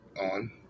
on